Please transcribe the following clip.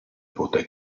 poté